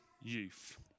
youth